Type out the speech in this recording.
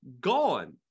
gone